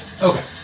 Okay